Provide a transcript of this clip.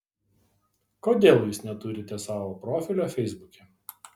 kodėl jūs neturite savo profilio feisbuke